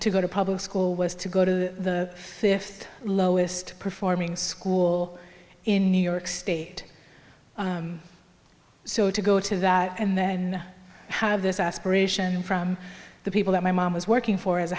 to go to public school was to go to the fifth lowest performing school in new york state so to go to that and then have this aspiration from the people that my mom was working for